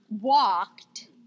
walked